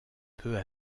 peu